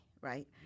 right